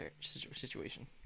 situation